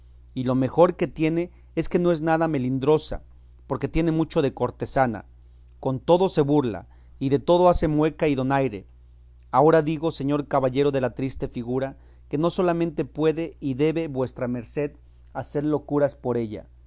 y lo mejor que tiene es que no es nada melindrosa porque tiene mucho de cortesana con todos se burla y de todo hace mueca y donaire ahora digo señor caballero de la triste figura que no solamente puede y debe vuestra merced hacer locuras por ella